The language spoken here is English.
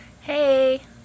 Hey